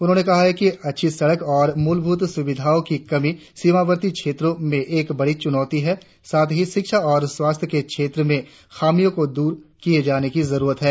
उन्होंने कहा कि अच्छी सड़के और मूलभूत सूविधाओं में कमी सीमावर्ती क्षेत्रों में एक बड़ी चुनौती है साथ ही शिक्षा और स्वास्थ्य के क्षेत्र में खामियों को दूर किए जाने की जरूरत है